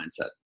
mindset